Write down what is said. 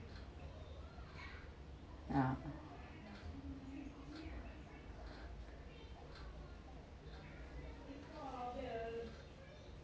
ah